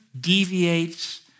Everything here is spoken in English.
deviates